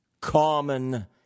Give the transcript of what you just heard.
common